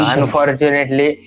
Unfortunately